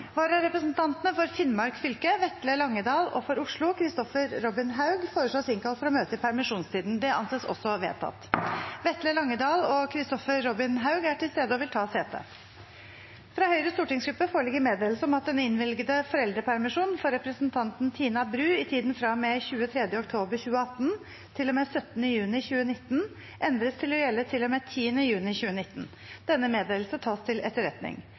Vararepresentantene Vetle Langedahl , for Finnmark fylke, og Kristoffer Robin Haug , for Oslo, innkalles for å møte i permisjonstiden. Vetle Langedahl og Kristoffer Robin Haug er til stede og vil ta sete. Fra Høyres stortingsgruppe foreligger meddelelse om at den innvilgede foreldrepermisjon for representanten Tina Bru i tiden fra og med 23. oktober 2018 til og med 17. juni 2019 endres til å gjelde til og med 10. juni 2019. – Denne meddelelsen tas til etterretning.